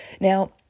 Now